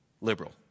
liberal